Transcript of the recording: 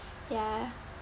ya